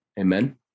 Amen